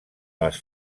les